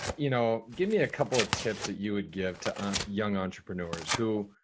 you know, give me a couple of tips that you would give to young entrepreneurs who,